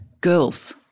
girls